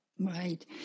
right